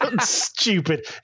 stupid